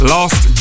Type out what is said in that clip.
Lost